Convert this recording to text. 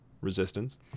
resistance